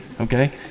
okay